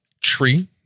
tree